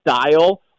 style